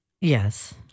Yes